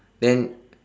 then